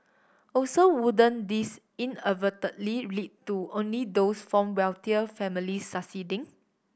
also wouldn't this inadvertently lead to only those from wealthier families succeeding